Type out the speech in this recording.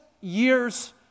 year's